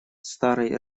старой